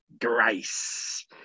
grace